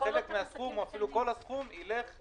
חלק מהסכום, או אפילו כל הסכום, ילך